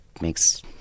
makes